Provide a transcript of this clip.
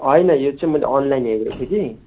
होइन यो चाहिँ मैले अनलाइन हेरेको थिएँ कि